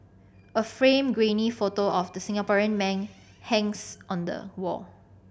a framed grainy photo of the Singaporean man hangs on the wall